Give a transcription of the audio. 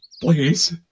Please